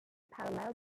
paralleled